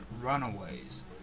runaways